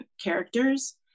characters